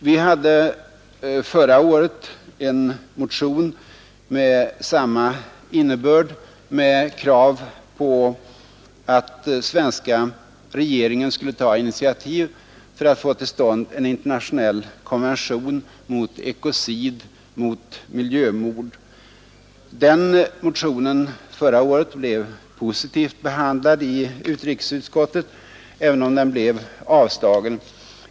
Vi hade förra året en motion med samma innebörd och med krav på att den svenska regeringen skulle ta initiativ för att få till stånd en internationell konvention mot ekocid, mot miljömord. Motionen förra året blev positivt behandlad i utrikesutskottet, även om den blev avslagen.